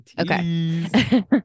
okay